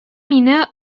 мине